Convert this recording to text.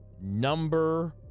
number